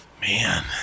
Man